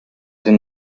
den